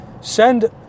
send